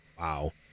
Wow